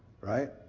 right